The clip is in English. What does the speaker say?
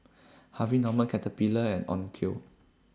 Harvey Norman Caterpillar and Onkyo